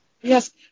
Yes